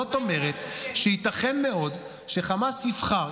זאת אומרת שייתכן מאוד שחמאס יבחר,